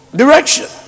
direction